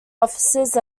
offices